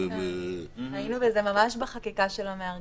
כן, היינו בזה ממש בחקיקה של המארגנים,